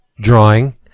drawing